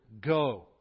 go